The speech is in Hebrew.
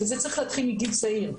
וזה צריך להתחיל מגיל צעיר,